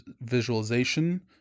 visualization